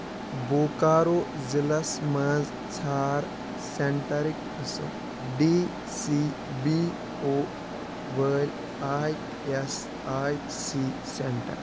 بوکارو ضلعس مَنٛز ژھار سینٹرٕکۍ قٕسم ڈی سی بی او وٲلۍ I S I C centre